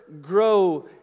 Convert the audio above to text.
grow